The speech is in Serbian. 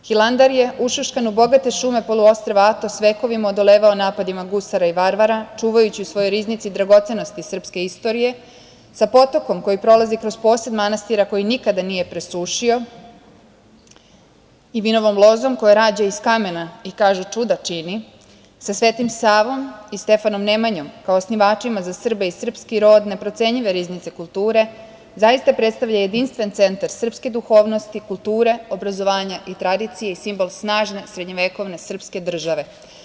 Hilandar je ušuškan u bogate šume poluostrva Atos, vekovima odolevao napadima gusara i varvara, čuvajući u svojoj riznici dragocenosti srpske istorije, sa potokom koji prolazi kroz posed manastira, koji nikada nije presušio i vinovom lozom koja rađa iz kamena i kažu čuda čini, sa Svetim Savom i Stefanom Nemanjom, kao osnivačima za Srbe i srpski rod, neprocenjive riznice kulture, zaista predstavlja jedinstven centar srpske duhovnosti, kulture, obrazovanja i tradicije i simbol snažne srednjovekovne srpske države.